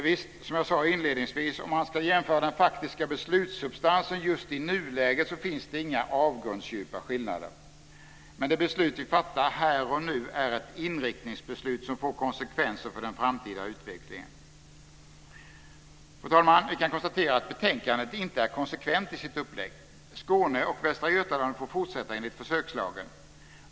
Visst, som jag sade inledningsvis, om man skulle jämföra den faktiska beslutssubstansen just i nuläget så finns det inga avgrundsdjupa skillnader. Men det beslut vi fattar här och nu är ett inriktningsbeslut som får konsekvenser för den framtida utvecklingen. Fru talman! Vi kan konstatera att betänkandet inte är konsekvent i sitt upplägg. Skåne och Västra Götaland får fortsätta enligt försökslagen.